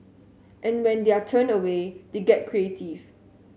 and when they are turned away they get creative